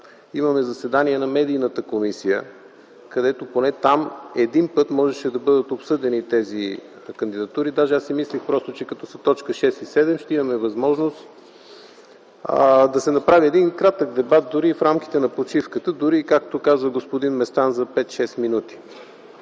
имаме заседание на Медийната комисия – поне там един път можеха да бъдат обсъдени тези кандидатури. Даже аз си мислех, че като са точки 6 и 7, ще имаме възможност да се направи кратък дебат дори в рамките на почивката, дори, както каза господин Местан, за 5-6 минути.